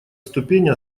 ступени